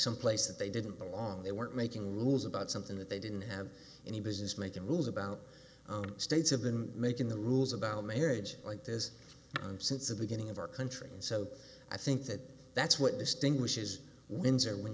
someplace that they didn't belong they weren't making rules about something that they didn't have any business making rules about states have been making the rules about marriage like this since the beginning of our country and so i think that that's what distinguishes windsor when